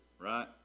right